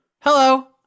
Hello